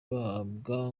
bahabwa